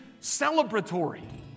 celebratory